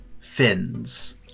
fins